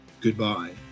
goodbye